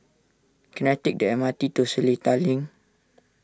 can I take the M R T to Seletar Link